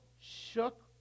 shook